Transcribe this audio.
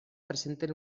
presenten